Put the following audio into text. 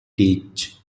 teach